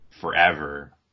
forever